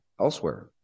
elsewhere